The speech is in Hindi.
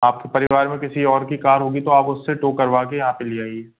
आपके परिवार मे किसी और की कार होगी तो आप उससे टो करवाके यहाँ पर ले आइए